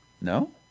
No